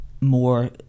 more